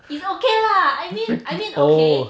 it's okay lah I mean I mean okay